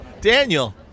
Daniel